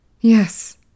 Yes